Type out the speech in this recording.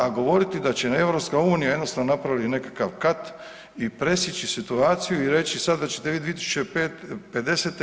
A govoriti da će nam EU jednostavno napraviti nekakav kat i presjeći situaciju i reći sada ćete vi 2050.